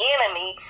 Enemy